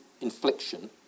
infliction